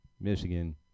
Michigan